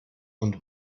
und